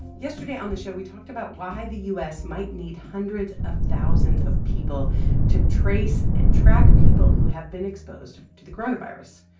yesterday, on the show, we talked about why the u s. might need hundreds of thousands of people to trace and track people who have been exposed to the coronavirus.